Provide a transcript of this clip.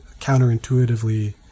counterintuitively